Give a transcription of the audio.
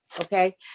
Okay